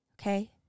okay